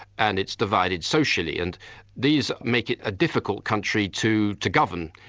and it's divided socially, and these make it a difficult country to to govern.